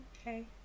Okay